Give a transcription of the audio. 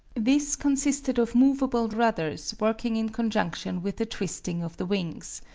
this consisted of movable rudders working in conjunction with the twisting of the wings.